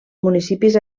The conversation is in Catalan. municipis